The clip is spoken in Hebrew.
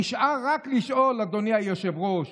נשאר רק לשאול, אדוני היושב-ראש: